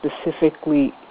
specifically